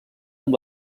amb